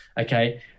okay